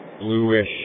bluish